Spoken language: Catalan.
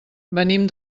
venim